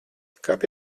kāp